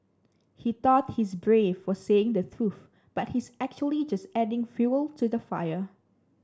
he thought he's brave for saying the truth but he's actually just adding fuel to the fire